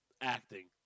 Acting